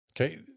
Okay